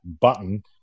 button